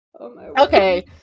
Okay